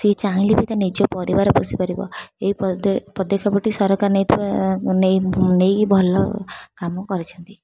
ସେ ଚାହିଁଲେ ବି ତା ନିଜ ପରିବାର ପୋଷି ପାରିବ ଏହି ପଦକ୍ଷେପଟି ସରକାର ନେଇଥିବା ନେଇକି ଭଲ କାମ କରିଛନ୍ତି